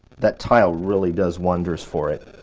that tile really does wonders for it.